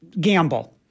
gamble